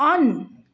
on